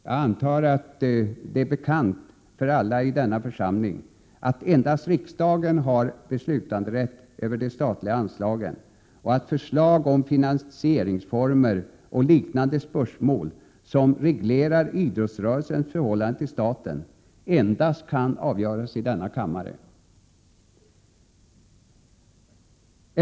Jag antar att det är bekant för alla i denna församling att endast riksdagen har rätt att besluta över de statliga anslagen och att förslag om finansieringsformer och liknande spörsmål som reglerar idrottsrörelsens förhållande till staten endast kan avgöras i denna kammare.